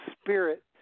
spirit